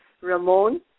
Ramon